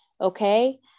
okay